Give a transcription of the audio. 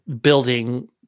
building